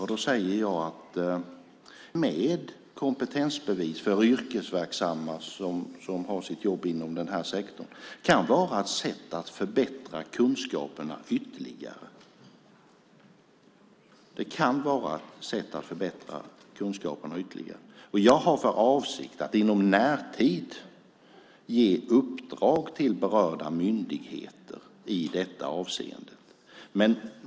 Ett frivilligt system med kompetensbevis för yrkesverksamma inom sektorn kan vara ett sätt att förbättra kunskaperna ytterligare. Jag har för avsikt att inom närtid ge uppdrag till berörda myndigheter i detta avseende.